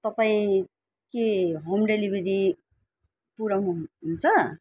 तपाईँ के home delivery पुर्याउनुहुन्छ